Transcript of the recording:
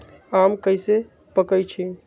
आम कईसे पकईछी?